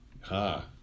Ha